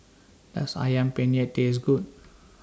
Does Ayam Penyet Taste Good